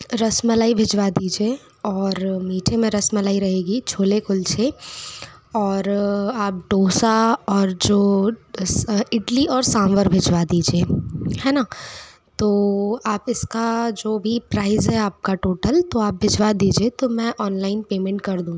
रसमलाई भिजवा दीजिए और मीठे में रसमलाई रहेगी छोले कुलचे और आप डोसा और जो इडली और सांभर भिजवा दीजिए है ना तो आप इसका जो भी प्राइज़ है आपका टोटल तो आप भिजवा दीजिए तो मैं ऑनलाइन पेमेंट कर दूँगी